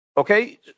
Okay